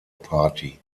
party